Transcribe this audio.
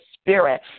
spirit